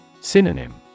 Synonym